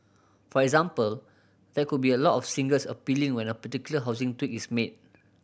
for example there could be a lot of singles appealing when a particular housing tweak is made